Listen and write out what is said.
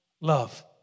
love